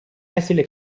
esile